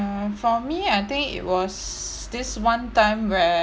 um for me I think it was this one time where